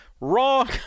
Wrong